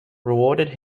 rewarded